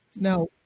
now